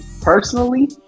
personally